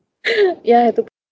ya I had to